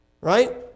right